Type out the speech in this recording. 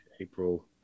April